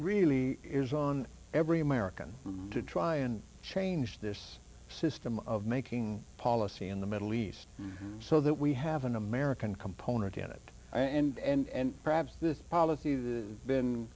really is on every american to try and change this system of making policy in the middle east so that we have an american component in it and perhaps this policy the b